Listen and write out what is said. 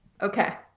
Okay